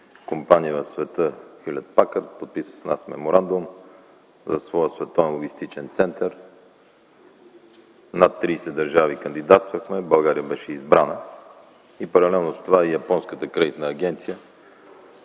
IT-компания в света – „Хюлет Пакарт”, подписа с нас Меморандум за своя Световен логистичен център. Над 30 държави кандидатствахме. България беше избрана! Паралелно с това Японската кредитна агенция